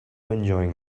enjoying